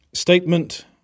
Statement